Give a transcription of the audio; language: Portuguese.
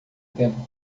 tempo